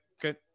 Good